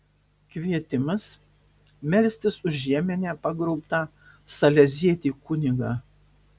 kvietimas melstis už jemene pagrobtą salezietį kunigą